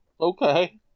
Okay